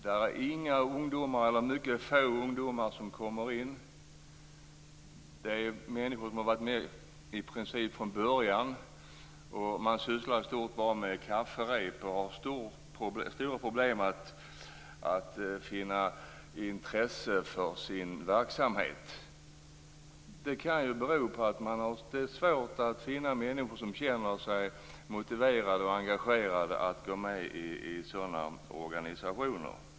Det finns inga eller mycket få ungdomar som kommer in. Det är människor som har varit med i princip från början. Man sysslar i stort sett bara med kafferep, och man har stora problem att finna intresse för sin verksamhet. Det kan ju bero på att det är svårt att finna människor som känner sig motiverade och engagerade nog att gå med i sådana organisationer.